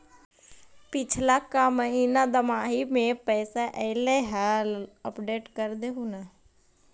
पिछला का महिना दमाहि में पैसा ऐले हाल अपडेट कर देहुन?